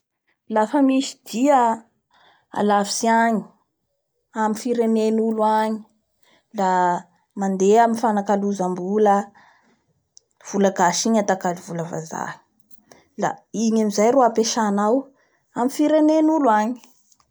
Lafa misy dia alavitsy agny amin'ny firen'olo agny la mandeha aminr'ny fanakalozam-bola vola gasy igny atakalo vola vazaha la igny amizay ro apesainao amin'ny firenen'olo agny.